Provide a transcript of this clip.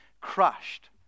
crushed